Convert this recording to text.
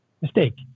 Mistake